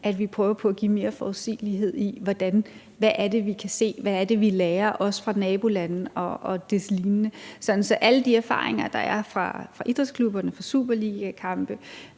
at vi prøver at give mere forudsigelighed i, hvad det er, vi kan se, hvad det er, vi lærer fra nabolandene og lignende, sådan at vi får samlet alle de erfaringer, der er fra idrætsklubberne, fra superligakampe,